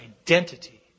identity